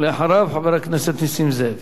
אחריו, חבר הכנסת נסים זאב.